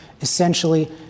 essentially